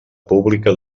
pública